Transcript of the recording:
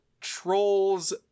trolls